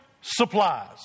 supplies